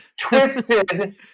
twisted